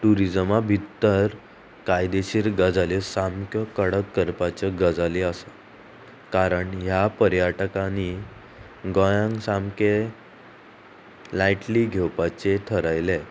ट्युरिजमा भितर कायदेशीर गजाल्यो सामक्यो कडक करपाच्यो गजाली आसा कारण ह्या पर्यटकांनी गोंयांक सामकें लायटली घेवपाचे थरयले